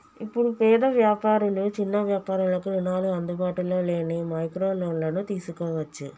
ఇప్పుడు పేద వ్యాపారులు చిన్న వ్యాపారులకు రుణాలు అందుబాటులో లేని మైక్రో లోన్లను తీసుకోవచ్చు